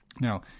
now